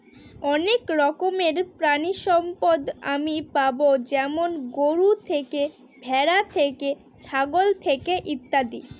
অনেক রকমের প্রানীসম্পদ আমি পাবো যেমন গরু থেকে, ভ্যাড়া থেকে, ছাগল থেকে ইত্যাদি